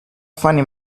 funny